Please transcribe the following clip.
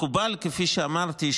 כפי שאמרתי,